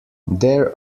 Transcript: there